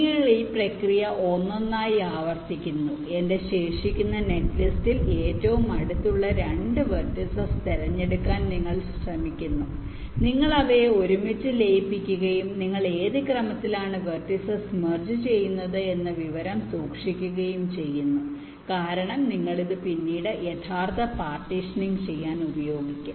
നിങ്ങൾ ഈ പ്രക്രിയ ഒന്നൊന്നായി ആവർത്തിക്കുന്നു എന്റെ ശേഷിക്കുന്ന നെറ്റ്ലിസ്റ്റിൽ ഏറ്റവും അടുത്തുള്ള 2 വെർട്ടിസ്സ് തിരഞ്ഞെടുക്കാൻ നിങ്ങൾ ശ്രമിക്കുന്നു നിങ്ങൾ അവയെ ഒരുമിച്ച് ലയിപ്പിക്കുകയും നിങ്ങൾ ഏത് ക്രമത്തിലാണ് വെർട്ടിസ്സ് മെർജ് ചെയ്യുന്നത് എന്ന വിവരം സൂക്ഷിക്കുകയും ചെയ്യുന്നു കാരണം നിങ്ങൾ ഇത് പിന്നീട് യഥാർത്ഥ പാർട്ടീഷനിങ് ചെയ്യാൻ ഉപയോഗിക്കും